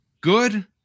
good